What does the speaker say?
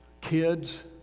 kids